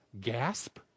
gasp